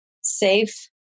Safe